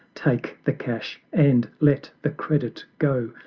take the cash, and let the credit go,